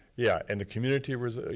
yeah. and the community was, ah